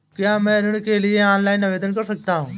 क्या मैं ऋण के लिए ऑनलाइन आवेदन कर सकता हूँ?